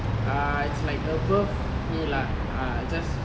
err it's like above me lah just